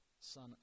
Son